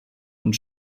und